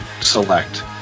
select